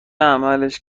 عملش